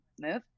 move